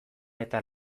eta